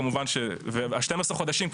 כמובן ש-12 חודשים,